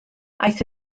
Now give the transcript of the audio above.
aeth